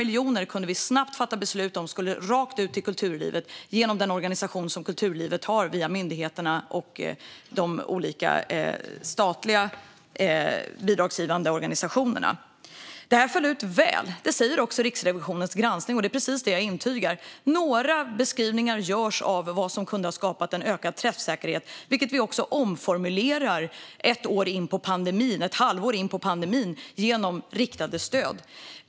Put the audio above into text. Vi kunde snabbt fatta beslut om att 500 miljoner skulle rakt ut till kulturlivet via myndigheterna och de olika statliga bidragsgivande organisationerna. Det här föll ut väl, vilket också Riksrevisionens granskning säger. Det är precis detta jag intygar. Några beskrivningar görs av vad som kunde ha skapat en ökad träffsäkerhet. Ett halvår in på pandemin omformulerade vi också detta genom riktade stöd.